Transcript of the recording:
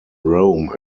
rome